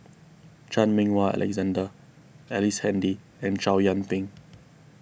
Chan Meng Wah Alexander Ellice Handy and Chow Yian Ping